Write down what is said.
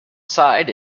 side